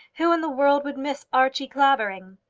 who in the world would miss archie clavering?